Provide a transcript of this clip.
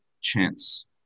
chance